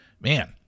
Man